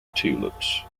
tulips